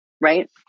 right